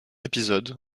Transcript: épisode